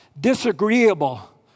disagreeable